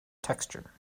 texture